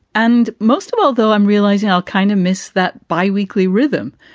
and most of all, though, i'm realizing i'll kind of miss that bi-weekly rhythm.